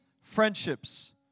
friendships